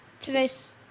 today's